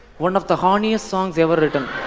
one of the horniest songs ever written.